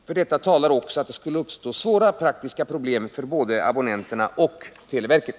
För detta talar också att det skulle uppstå svåra praktiska problem för både abonnenterna och televerket.